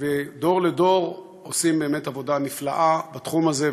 ו"דור לדור" עושים באמת עבודה נפלאה בתחום הזה,